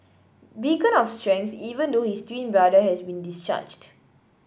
beacon of strength even though his twin brother has been discharged